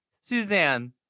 Suzanne